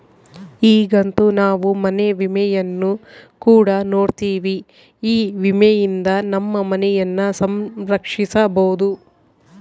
ಈಗಂತೂ ನಾವು ಮನೆ ವಿಮೆಯನ್ನು ಕೂಡ ನೋಡ್ತಿವಿ, ಈ ವಿಮೆಯಿಂದ ನಮ್ಮ ಮನೆಯನ್ನ ಸಂರಕ್ಷಿಸಬೊದು